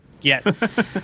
Yes